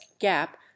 gap